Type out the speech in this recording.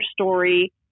story